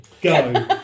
go